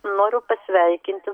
noriu pasveikinti